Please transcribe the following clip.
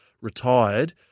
retired